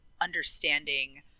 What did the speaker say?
understanding